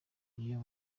iyo